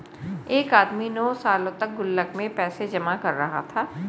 एक आदमी नौं सालों तक गुल्लक में पैसे जमा कर रहा था